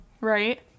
Right